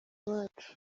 wacu